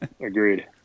agreed